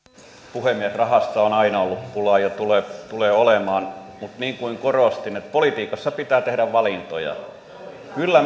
puhemies rahasta on aina ollut pula ja tulee olemaan mutta niin kuin korostin politiikassa pitää tehdä valintoja kyllä